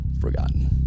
forgotten